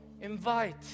invite